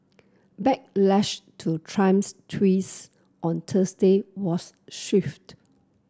backlash to Trump's tweets on Thursday was swift